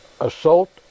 Assault